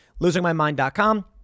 losingmymind.com